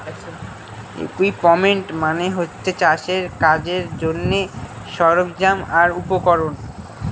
equipment মানে হচ্ছে চাষের কাজের জন্যে সরঞ্জাম আর উপকরণ